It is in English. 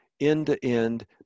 end-to-end